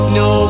no